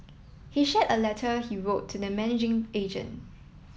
he shared a letter he wrote to the managing agent